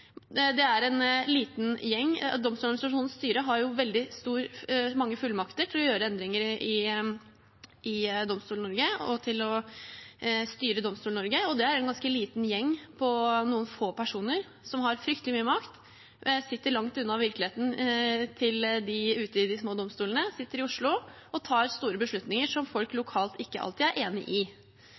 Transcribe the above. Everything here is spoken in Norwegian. Det er en liten gjeng. Domstoladministrasjonens styre har veldig mange fullmakter til å gjøre endringer i Domstol-Norge og til å styre Domstol-Norge. Det er en ganske liten gjeng på noen få personer som har fryktelig mye makt og sitter langt unna virkeligheten til dem ute i de små domstolene. De sitter i Oslo og tar store beslutninger som folk lokalt ikke alltid er enig i.